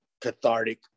cathartic